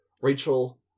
Rachel